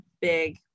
big